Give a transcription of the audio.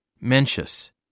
Mencius